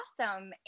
awesome